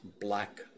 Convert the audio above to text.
black